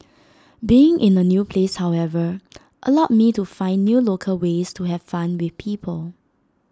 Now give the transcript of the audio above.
being in A new place however allowed me to find new local ways to have fun with people